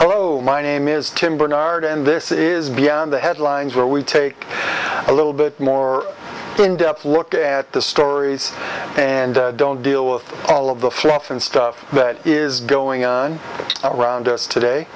hello my name is tim barnard and this is beyond the headlines where we take a little bit more in depth look at the stories and don't deal with all of the fluff and stuff that is going on around us today